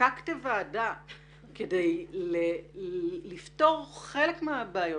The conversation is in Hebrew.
ועדה כדי לפתור חלק מהבעיות,